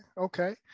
Okay